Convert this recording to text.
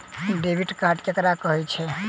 Debit card ककरा कहै छै?